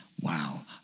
Wow